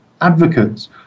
advocates